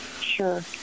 Sure